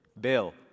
Bill